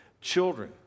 children